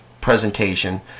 presentation